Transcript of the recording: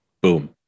boom